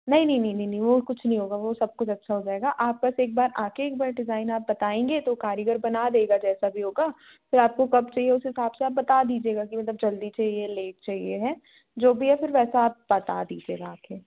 नहीं नहीं नहीं नहीं वह कुछ नहीं होगा वो सब कुछ अच्छा हो जाएगा आप बस एक बार आ कर एक बार डिज़ाईन आप बताएँगे तो कारीगर बना देगा जैसा भी होगा फिर आपको कब चाहिए उस हिसाब से आप बता दीजिएगा कि मतलब जल्दी चाहिए लेट चाहिए है जो भी है फिर वैसा आप बता दीजिएगा आ कर